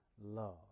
love